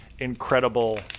Incredible